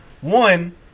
One